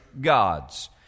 gods